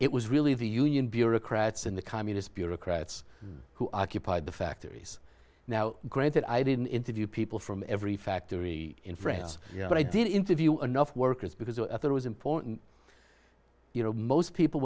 it was really the union bureaucrats and the communist bureaucrats who occupied the factories now granted i didn't interview people from every factory in france but i did interview enough workers because there was important you know most people